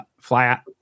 flat